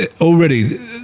already